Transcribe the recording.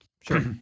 Sure